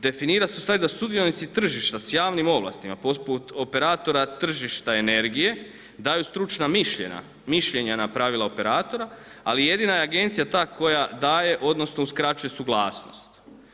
Definira se ustvari da sudionici tržišta sa javnim ovlastima poput operatora tržišta energije daju stručna mišljenja na pravila operatora ali jedina je agencija ta koja daje, odnosno uskraćuje suglasnost.